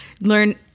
learn